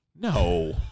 No